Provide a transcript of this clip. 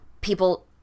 people –